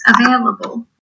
available